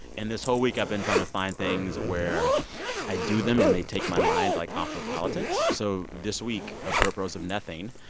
and this whole week, i've been trying to find things where i do them and they take my mind, like, off of politics. so this week, apropos so of nothing,